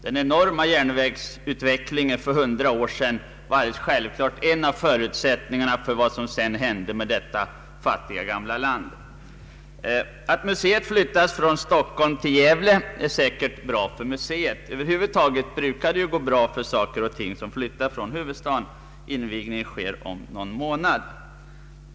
Den enorma järnvägsutvecklingen för hundra år sedan var en av anledningarna till vad som sedan hände med detta fattiga gamla land. Att museet flyttats från Stockholm till Gävle är säkert bra för museet. Över huvud taget brukar det gå väl för sådana institutioner som flyttar från huvudstaden. Invigningen sker om någon månad.